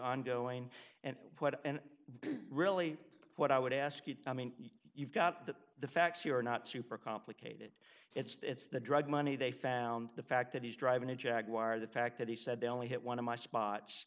ongoing and what and really what i would ask you i mean you've got that the facts you are not super complicated it's the drug money they found the fact that he's driving a jaguar the fact that he said they only hit one of my spots